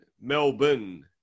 Melbourne